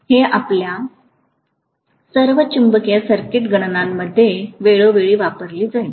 तर हे आपल्या सर्व चुंबकीय सर्किट गणनांमध्ये वेळोवेळी वापरले जाईल